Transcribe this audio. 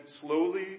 slowly